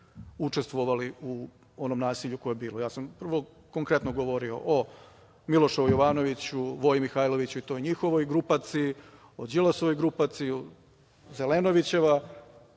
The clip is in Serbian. učestvovali u onom nasilju koje je bilo. Ja sam vrlo konkretno govorio o Milošu Jovanoviću, Voji Mihajlović i njihovoj grupaciji, o Đilasovoj grupaciji, o Zelenovićevoj,